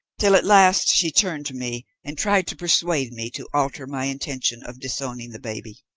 till at last she turned to me and tried to persuade me to alter my intention of disowning the baby.